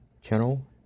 channel